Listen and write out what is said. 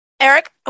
Eric